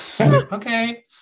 Okay